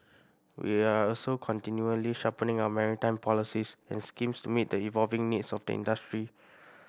we are also continually sharpening our maritime policies and schemes to meet the evolving needs of the industry